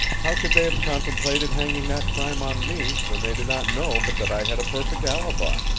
how could they have contemplated hanging that crime on me when they did not know but that i had a perfect alibi?